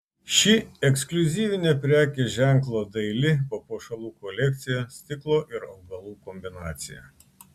ši ekskliuzyvinė prekės ženklo daili papuošalų kolekcija stiklo ir augalų kombinacija